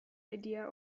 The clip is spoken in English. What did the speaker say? idea